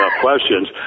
questions